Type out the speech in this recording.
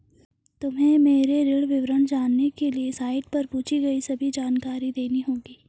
तुम्हें मेरे ऋण विवरण जानने के लिए साइट पर पूछी गई सभी जानकारी देनी होगी